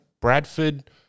Bradford